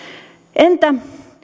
entä